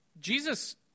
Jesus